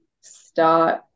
start